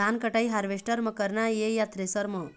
धान कटाई हारवेस्टर म करना ये या थ्रेसर म?